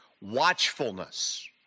Watchfulness